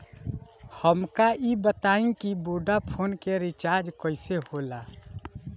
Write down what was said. हमका ई बताई कि वोडाफोन के रिचार्ज कईसे होला?